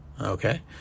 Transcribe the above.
okay